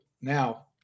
now